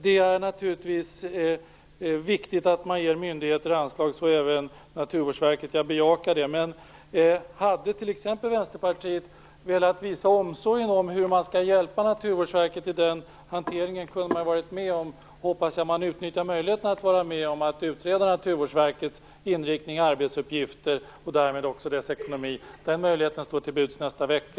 Det är naturligtvis viktigt att man ger myndigheter anslag, så även till Naturvårdsverket. Jag bejakar det. Men om Vänsterpartiet vill visa omsorg om och hjälpa Naturvårdsverket i den hanteringen hoppas jag att man utnyttjar möjligheten att vara med på att Naturvårdsverkets inriktning, arbetsuppgifter och ekonomi skall utredas. Den möjligheten står till buds nästa vecka.